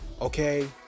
okay